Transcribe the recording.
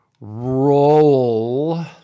roll